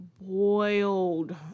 boiled